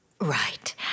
Right